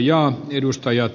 kannatan ed